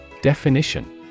Definition